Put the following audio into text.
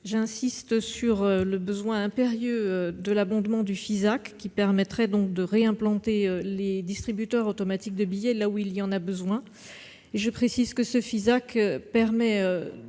J'insiste sur le besoin impérieux de l'abondement du FISAC, qui permettrait donc de réimplanter les distributeurs automatiques de billets là où il y en a besoin. Je précise que le FISAC permet